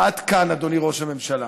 עד כאן, אדוני ראש הממשלה.